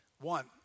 one